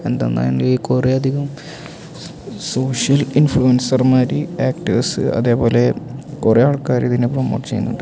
എന്തെന്നാങ്കിൽ കുറേ അധികം സോഷ്യൽ ഇൻഫ്ലുവൻസർമാർ ആക്ട്ടേഴ്സ്സ് അതേപോലെ കുറേ ആൾക്കാർ ഇതിനെ പ്രെമോട്ട് ചെയ്യുന്നുണ്ട്